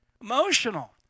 emotional